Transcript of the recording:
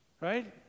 right